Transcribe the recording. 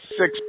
six